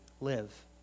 live